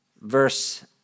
verse